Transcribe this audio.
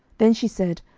then she said,